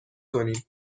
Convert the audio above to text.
کنیم